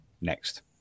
Next